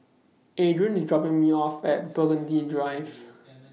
Adrain IS dropping Me off At Burgundy Drive